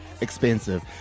expensive